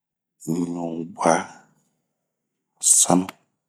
ɲubwa ,sanu